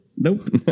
Nope